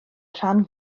rhan